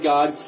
God